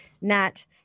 Nat